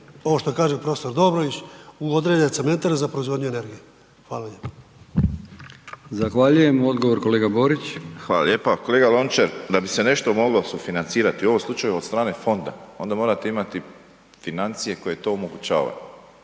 ovo što kaže prof. Dobrović, u određene cementare za proizvodnju energije. Hvala lijepa. **Brkić, Milijan (HDZ)** Zahvaljujem. Odgovor, kolega Borić. **Borić, Josip (HDZ)** Hvala lijepa. Kolega Lončar, da bi se nešto moglo sufinancirati u ovom slučaju od strane fonda, onda morate imati financije koje to omogućavaju.